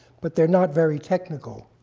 but they're not very technical.